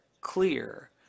clear